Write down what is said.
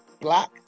black